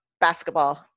basketball